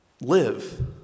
live